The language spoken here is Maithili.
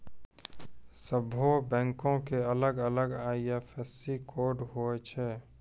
सभ्भे बैंको के अलग अलग आई.एफ.एस.सी कोड होय छै